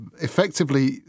effectively